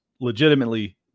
legitimately